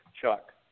Chuck